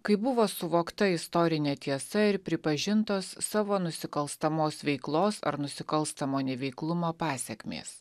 kai buvo suvokta istorinė tiesa ir pripažintos savo nusikalstamos veiklos ar nusikalstamo neveiklumo pasekmės